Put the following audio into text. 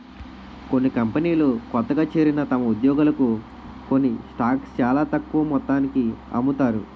కొన్ని కంపెనీలు కొత్తగా చేరిన తమ ఉద్యోగులకు కొన్ని స్టాక్స్ చాలా తక్కువ మొత్తానికి అమ్ముతారు